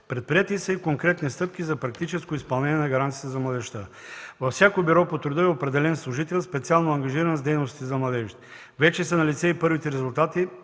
Предприети са и конкретни стъпки за практическо изпълнение на гаранцията за младежта. Във всяко бюро по труда е определен служител, специално ангажиран с дейностите за младежите. Вече са налице и първите резултати